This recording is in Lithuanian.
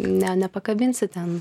ne nepakabinsi ten